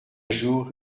jour